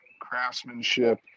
craftsmanship